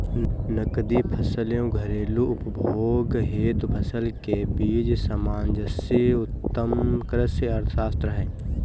नकदी फसल एवं घरेलू उपभोग हेतु फसल के बीच सामंजस्य उत्तम कृषि अर्थशास्त्र है